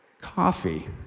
coffee